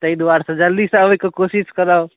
ताहि दुआरेसँ जल्दीसँ अबैके कोशिश करब